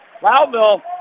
Loudville